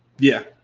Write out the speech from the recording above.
yeah.